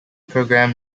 program